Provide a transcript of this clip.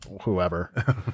whoever